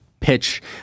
pitch